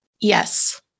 Yes